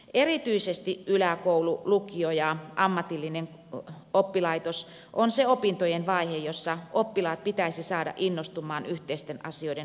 erityisesti yläkoulu lukio ja ammatillinen oppilaitos on se opintojen vaihe jossa oppilaat pitäisi saada innostumaan yhteisten asioiden hoitamisesta